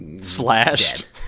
slashed